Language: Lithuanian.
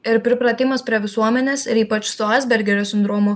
ir pripratimas prie visuomenės ir ypač su asbergerio sindromu